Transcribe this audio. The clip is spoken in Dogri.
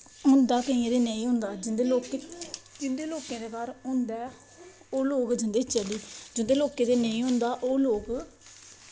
केइयें दे घर होंदा केइयें दे नेंई होंदा जिन्दे लोकें दे घर होंदा ओह् लोग जंदे चली जिन्दें लोकें नेंई होंदा ओह् लोग